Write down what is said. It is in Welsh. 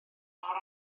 mor